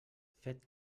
fet